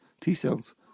T-cells